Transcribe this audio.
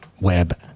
web